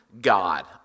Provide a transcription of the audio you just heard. God